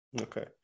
okay